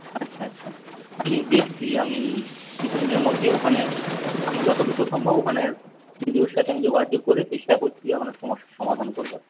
আচ্ছা আচ্ছা আমি দেখছি আমি কিছুদিনের মধ্যেই ওখানে আমি যত দ্রুত সম্ভব ওখানের বিডিওর সঙ্গে আমি যোগাযোগ করে চেষ্টা করছি আপনার সমস্যার সমাধান করবার